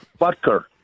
Butker